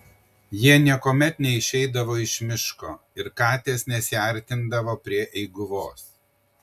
jie niekuomet neišeidavo iš miško ir katės nesiartindavo prie eiguvos